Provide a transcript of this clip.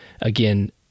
again